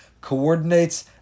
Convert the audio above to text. coordinates